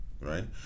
right